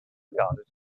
regarded